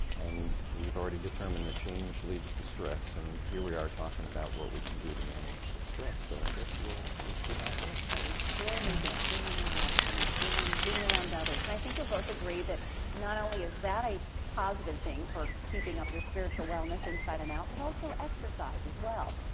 and we've already determined the that change leads to stress, and here we are talking about what we can do to manage the stress, so i guess we'll we'll see how it goes. but we still need that human interaction, that human, being around others, and i think you'll both agree that not only is that a positive thing for keeping up your spiritual wellness inside and out, but also exercise as well.